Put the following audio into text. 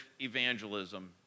evangelism